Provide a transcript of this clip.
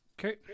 Okay